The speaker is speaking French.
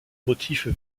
motifs